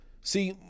See